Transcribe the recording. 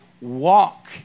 walk